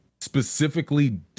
specifically